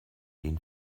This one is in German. den